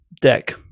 deck